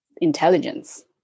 intelligence